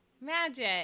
Magic